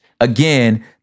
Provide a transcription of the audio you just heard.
again